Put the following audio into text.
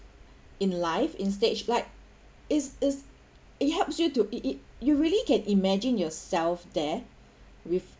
in life in stage like is is it helps you to it it you really can imagine yourself there with